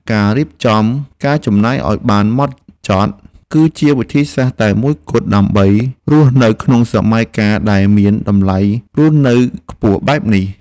ការរៀបចំផែនការចំណាយឱ្យបានហ្មត់ចត់ គឺជាវិធីសាស្ត្រតែមួយគត់ដើម្បីរស់នៅក្នុងសម័យកាលដែលមានតម្លៃរស់នៅខ្ពស់បែបនេះ។